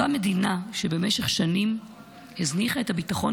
אותה מדינה שבמשך שנים הזניחה את הביטחון